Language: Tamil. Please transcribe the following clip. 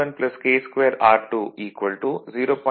எனவே Re1 R1 K2R 2 0